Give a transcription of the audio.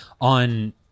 on